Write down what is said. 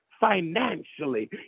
financially